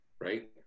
right